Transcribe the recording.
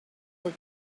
will